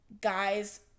guys